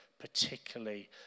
Particularly